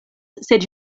sed